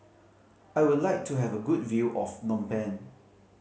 I would like to have a good view of Phnom Penh